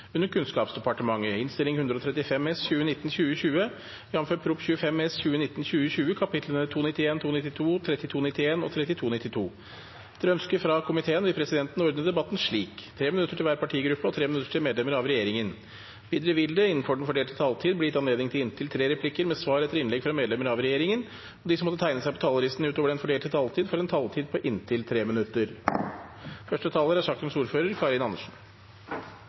vil presidenten ordne debatten slik: 3 minutter til hver partigruppe og 3 minutter til medlemmer av regjeringen. Videre vil det – innenfor den fordelte taletid – bli gitt anledning til inntil tre replikker med svar etter innlegg fra medlemmer av regjeringen, og de som måtte tegne seg på talerlisten utover den fordelte taletid, får en taletid på inntil 3 minutter. Nå er vi over på Kunnskapsdepartementet, og det er